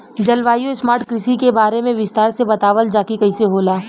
जलवायु स्मार्ट कृषि के बारे में विस्तार से बतावल जाकि कइसे होला?